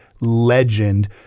legend